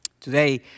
Today